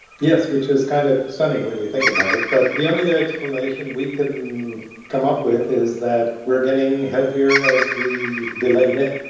yes, which is kind of stunning when you think about it. but the only explanation we can come up with is that we are getting healthier as we delay death.